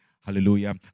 Hallelujah